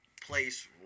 place